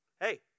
Hey